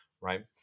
right